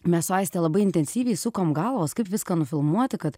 mes su aiste labai intensyviai sukom galvas kaip viską nufilmuoti kad